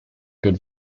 good